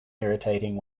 irritating